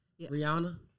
Rihanna